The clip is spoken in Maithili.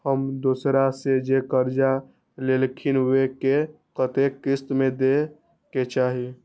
हम दोसरा से जे कर्जा लेलखिन वे के कतेक किस्त में दे के चाही?